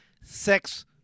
sex